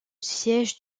siège